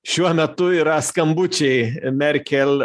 šiuo metu yra skambučiai merkel